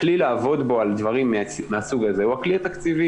הכלי לעבוד בו על דברים מהסוג הזה הוא הכלי התקציבי.